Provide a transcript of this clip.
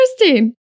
interesting